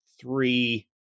three